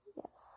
yes